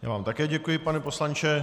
Já vám také děkuji, pane poslanče.